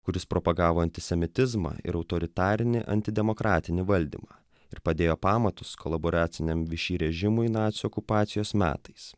kuris propagavo antisemitizmą ir autoritarinį antidemokratinį valdymą ir padėjo pamatus kolaboraciniam viši režimui nacių okupacijos metais